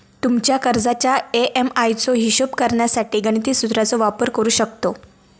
तुमच्या कर्जाच्या ए.एम.आय चो हिशोब करण्यासाठी गणिती सुत्राचो वापर करू शकतव